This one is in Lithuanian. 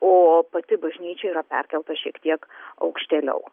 o o pati bažnyčia yra perkelta šiek tiek aukštėliau